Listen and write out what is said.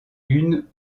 une